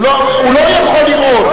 הוא לא יכול לראות.